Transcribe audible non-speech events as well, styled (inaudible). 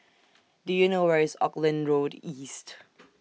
Do YOU know Where IS Auckland Road East (noise)